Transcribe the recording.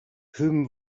whom